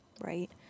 Right